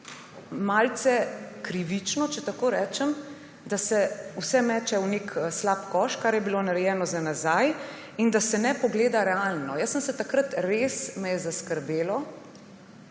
malce krivično, če tako rečem, da se vse meče v nek slab koš, kar je bilo narejeno za nazaj, in da se ne pogleda realno. Mene je takrat res zaskrbelo,